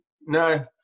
no